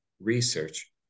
research